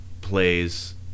plays